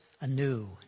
anew